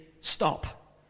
stop